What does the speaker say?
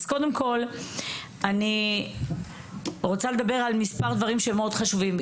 אז קודם כל אני רוצה לדבר על מספר דברים שמאוד חשובים,